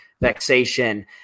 vexation